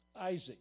Isaac